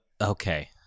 Okay